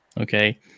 Okay